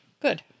Good